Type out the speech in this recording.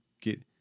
Get